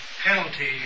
penalty